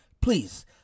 Please